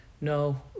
No